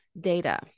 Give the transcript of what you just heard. data